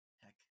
heck